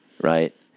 right